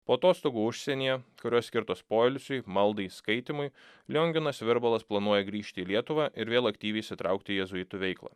po atostogų užsienyje kurios skirtos poilsiui maldai skaitymui lionginas virbalas planuoja grįžti į lietuvą ir vėl aktyviai įsitraukti į jėzuitų veiklą